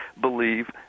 believe